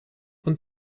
und